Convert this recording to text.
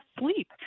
sleep